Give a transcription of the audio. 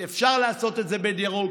אפשר לעשות את זה בדירוג,